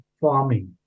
farming